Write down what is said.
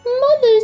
Mother's